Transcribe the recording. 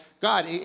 God